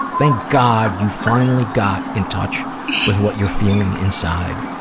thank god you finally got in touch with what you're feeling inside.